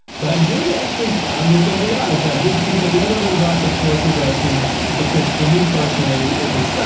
but i did actually, i'm just gonna be honest, i did think a little bit about the force awakens, because for me personally, it was,